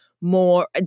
More